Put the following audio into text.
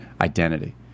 identity